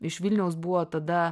iš vilniaus buvo tada